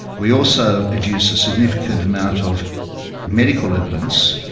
we also adduced a significant amount of medical evidence,